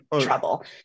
trouble